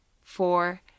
four